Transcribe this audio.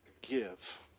give